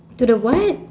to the what